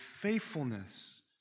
faithfulness